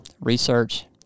research